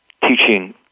teaching